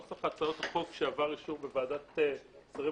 נוסח הצעות החוק שעבר אישור בוועדת שרים